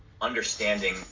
understanding